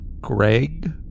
Greg